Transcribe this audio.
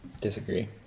Disagree